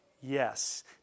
Yes